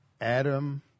Adam